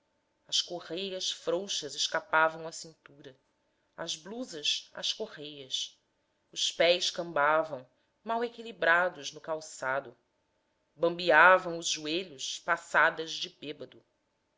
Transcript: as correias frouxas escapavam à cintura as blusas às correias os pés cambavam mal equilibrados no calçado bambeavam os joelhos passadas de bêbado